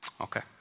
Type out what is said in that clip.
okay